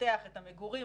לפתח את המגורים,